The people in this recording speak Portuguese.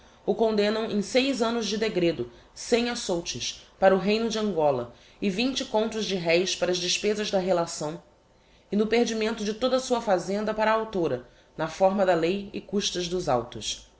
o condemnam em seis annos de degredo sem açoutes para o reino de angola e reis para as despezas da relação e no perdimento de toda a sua fazenda para a a na fórma da lei e custas dos autos